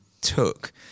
took